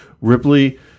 Ripley